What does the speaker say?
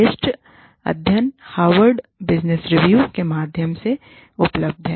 व्यष्टि अध्ययन case study Harvard Business Review के माध्यम से उपलब्ध है